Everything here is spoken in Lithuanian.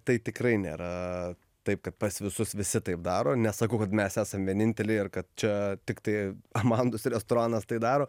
tai tikrai nėra taip kad pas visus visi taip daro nesakau kad mes esam vieninteliai ar kad čia tiktai amandus restoranas tai daro